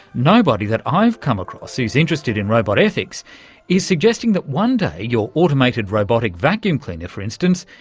nobody that i've come across who's interested in robot ethics is suggesting that one day your automated robotic vacuum cleaner, for instance,